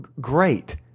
Great